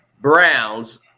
Browns